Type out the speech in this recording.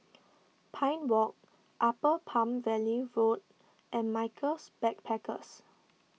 Pine Walk Upper Palm Valley Road and Michaels Backpackers